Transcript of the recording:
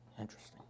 Interesting